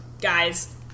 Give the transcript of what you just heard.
guys